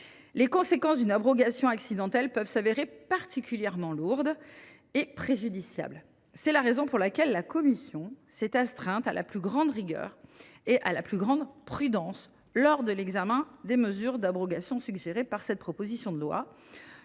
Les conséquences d’une abrogation accidentelle peuvent s’avérer particulièrement lourdes et préjudiciables. C’est la raison pour laquelle la commission s’est astreinte à la plus grande rigueur et à la plus grande prudence lors de l’examen des mesures d’abrogation suggérées par cette proposition de loi,